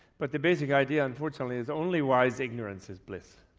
but the basic idea unfortunately is only wise ignorance is bliss.